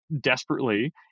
desperately